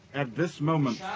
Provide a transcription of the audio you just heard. at this moment,